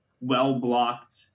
well-blocked